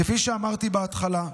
כפי שאמרתי בהתחלה,